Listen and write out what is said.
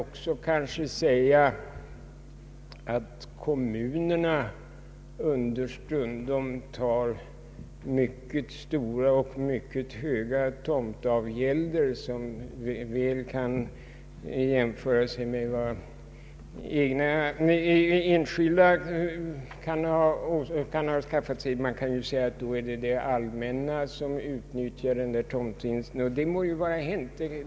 Man kan kanske också hävda att kommunerna understundom tar mycket höga tomträttsavgälder, som väl kan jämföras med kostnaderna för mark som enskilda kan ha skaffat sig. Då är det det allmänna som utnyttjar tomtvinsten. Det må vara hänt.